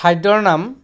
খাদ্যৰ নাম